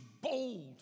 bold